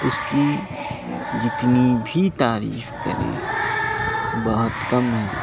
اُس کی جتنی بھی تعریف کریں بہت کم ہے